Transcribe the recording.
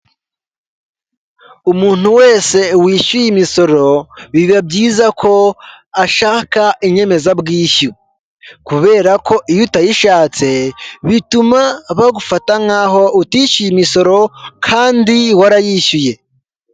Umuntu wese wishyuye imisoro biba byiza ko ashaka inyemezabwishyu kubera ko iyo utayishatse bituma bagufata nk'aho utishyuye imisoro kandi warayishyuye.